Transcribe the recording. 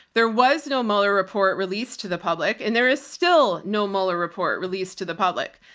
there was no mueller report released to the public and there is still no mueller report released to the public.